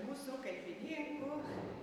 mūsų kalbininkų